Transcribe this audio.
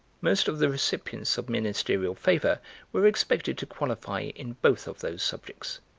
most of the recipients of ministerial favour were expected to qualify in both of those subjects.